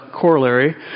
corollary